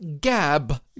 GAB